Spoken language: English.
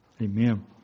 Amen